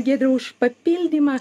giedriai už papildymą